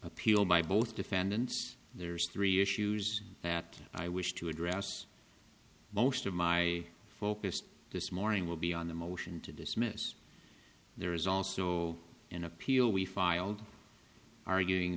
appeal by both defendants there's three issues that i wish to address most of my focus this morning will be on the motion to dismiss there is also an appeal we filed arguing